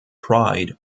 pride